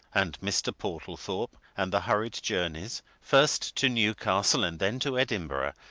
and mr. portlethorpe, and the hurried journeys, first to newcastle and then to edinburgh,